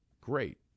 great